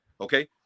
Okay